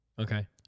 Okay